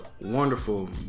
wonderful